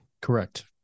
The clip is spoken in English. Correct